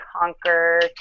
Conquer